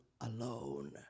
alone